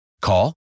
Call